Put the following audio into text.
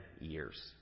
years